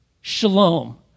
shalom